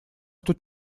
тут